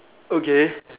okay